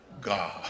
God